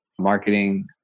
marketing